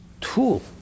tool